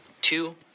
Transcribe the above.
two